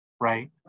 right